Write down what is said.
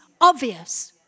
obvious